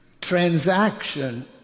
transaction